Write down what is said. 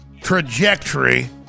trajectory